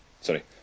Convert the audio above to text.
sorry